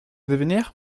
d’avenir